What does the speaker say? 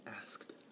asked